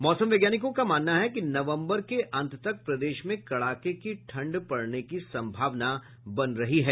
मौसम वैज्ञानिकों का मानना है कि नवंबर के अंत तक प्रदेश में कड़ाके की ठंड पड़ने की संभावना बन रही है